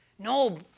No